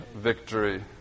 victory